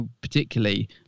particularly